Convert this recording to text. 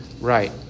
right